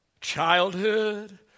childhood